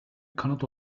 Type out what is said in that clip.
kanıt